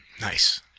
Nice